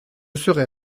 serai